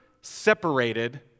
separated